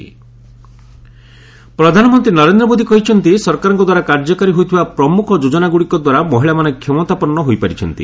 PM BJP women ପ୍ରଧାନମନ୍ତ୍ରୀ ନରେନ୍ଦ୍ର ମୋଦି କହିଛନ୍ତି ସରକାରଙ୍କ ଦ୍ୱାରା କାର୍ଯ୍ୟକାରୀ ହୋଇଥିବା ପ୍ରମୁଖ ଯୋଜନାଗୁଡ଼ିକ ଦ୍ୱାରା ମହିଳାମାନେ କ୍ଷମତାପନ୍ନ ହୋଇପାରିଛନ୍ତି